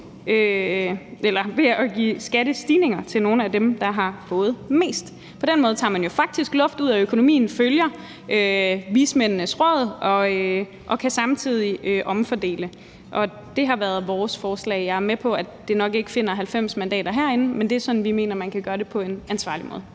ved at give skattestigninger til nogle af dem, der har fået mest. På den måde tager man jo faktisk luft ud af økonomien, følger vismændenes råd og kan samtidig omfordele, og det har været vores forslag. Jeg er med på, at det nok ikke finder 90 mandater herinde, men det er sådan, vi mener man kan gøre det på en ansvarlig måde.